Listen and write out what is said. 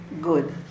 good